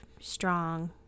strong